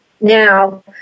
now